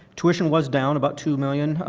tuition was down about two million